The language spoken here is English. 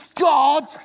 God